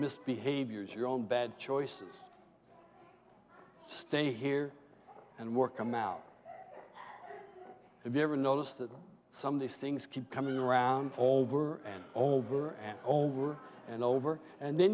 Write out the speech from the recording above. misbehaviors your own bad choices stay here and work them out if you ever notice that some of these things keep coming around over and over and over and over and then